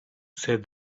said